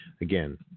Again